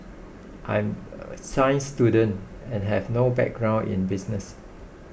I'm a science student and have no background in business